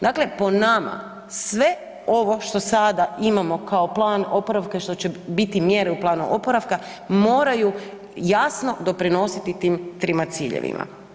Dakle, po nama sve ovo što sada imamo kao plan oporavka i što će biti mjere u planu oporavka moraju jasno doprinositi tim trima ciljevima.